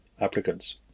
applicants